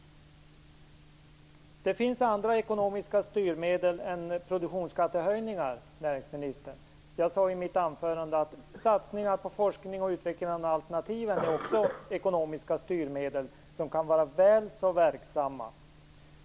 Det finns andra ekonomiska styrmedel än produktionsskattehöjningar, näringsministern. Jag sade i mitt anförande att satsningar på forskning och utveckling av alternativen också är ekonomiska styrmedel som kan vara väl så verksamma.